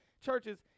churches